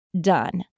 done